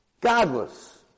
Godless